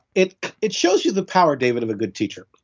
it it shows you the power, david, of a good teacher.